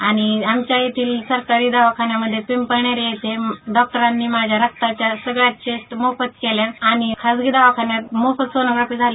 आणि आमच्या इथे सरकारी दवाखानामध्ये पिंपळनेर इथे डॉक्टरांनी माझ्या रक्ताच्या सगळ्या टेस्ट मोफत केल्या आणि खाजगी दवाखान्यात मोफत सोनोग्राफी झाली